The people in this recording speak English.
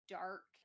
dark